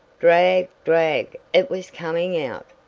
drag drag it was coming out.